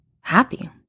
happy